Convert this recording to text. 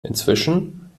inzwischen